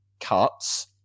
cuts